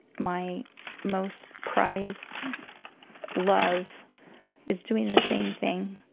my most prized love is doing the same thing.